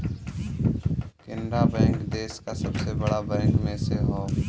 Canara bank देस का सबसे बड़ा बैंक में से हौ